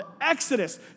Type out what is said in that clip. Exodus